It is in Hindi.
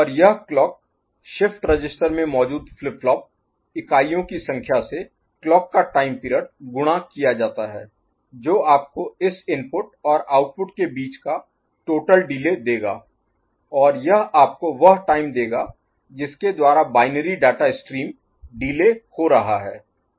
और यह क्लॉक शिफ्ट रजिस्टर में मौजूद फ्लिप फ्लॉप इकाइयों की संख्या से क्लॉक का टाइम पीरियड गुणा किया जाता है जो आपको इस इनपुट और आउटपुट के बीच का टोटल डिले Total Delay कुल देरी देगा और यह आपको वह टाइम देगा जिसके द्वारा बाइनरी डाटा स्ट्रीम डिले हो रहा है है